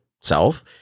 self